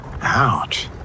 Ouch